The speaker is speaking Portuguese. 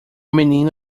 menino